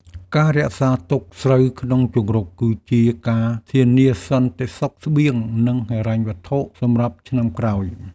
ការរក្សាទុកស្រូវក្នុងជង្រុក គឺជាការធានាសន្តិសុខស្បៀង និងហិរញ្ញវត្ថុសម្រាប់ឆ្នាំក្រោយ។